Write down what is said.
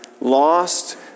Lost